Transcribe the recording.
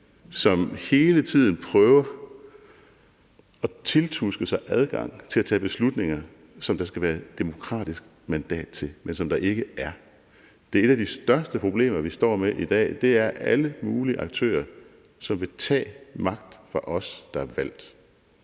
hele tiden prøver at tiltuske sig adgang til at tage beslutninger, som der skal være demokratisk mandat til, men som der ikke er. Det er et af de største problemer, vi står med i dag, nemlig at alle mulige aktører vil tage magt fra os, der er valgt.